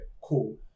Cool